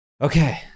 Okay